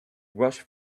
rush